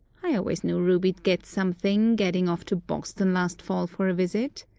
i always knew ruby'd get something, gadding off to boston last fall for a visit.